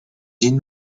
dzień